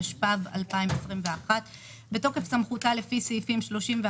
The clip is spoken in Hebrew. התשפ"ב 2021. מתוקף סמכותה לפי סעיפים 31,